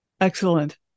Excellent